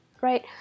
right